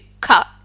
cut